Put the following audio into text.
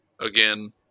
again